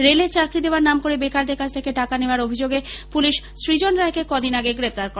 রেলে চাকরি দেওয়ার নাম করে বেকারদের কাছ থেকে টাকা নেওয়ার অভিযোগে পুলিশ সৃজন রায়কে কদিন আগে গ্রেপ্তার করে